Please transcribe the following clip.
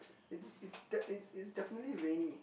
it's it's that it's it's definitely rainy